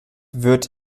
wird